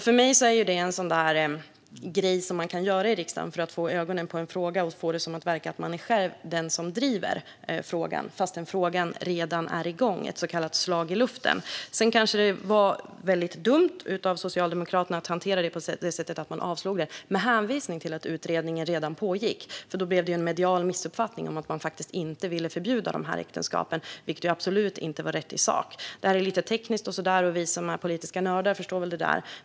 För mig är det en sådan grej man kan göra i riksdagen för att sätta ögonen på en fråga och få det att verka som att man själv är den som driver frågan, fast den redan är igång. Det är ett så kallat slag i luften. Sedan var det kanske dumt av Socialdemokraterna att hantera detta genom ett avslag, med hänvisning till att det redan pågick en utredning. Då blev det en medial missuppfattning - att vi inte ville förbjuda dessa äktenskap, vilket absolut inte var rätt i sak. Detta är lite tekniskt, och vi som är politiska nördar förstår det.